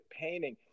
painting